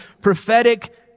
prophetic